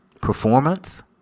performance